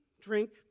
drink